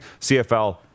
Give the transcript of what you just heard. CFL